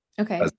Okay